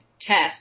test